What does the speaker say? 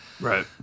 Right